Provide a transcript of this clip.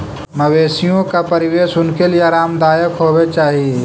मवेशियों का परिवेश उनके लिए आरामदायक होवे चाही